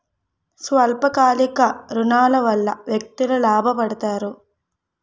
స్వల్ప కాలిక ఋణాల వల్ల వ్యక్తులు లాభ పడతారు